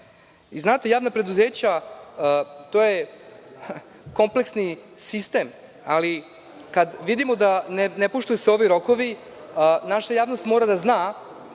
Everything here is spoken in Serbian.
sada. Znate, javna preduzeća, to je kompleksni sistem, ali kada vidimo da se ne poštuju ovi rokovi, naša javnost mora da zna